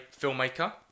filmmaker